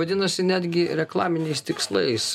vadinasi netgi reklaminiais tikslais